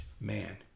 man